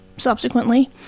subsequently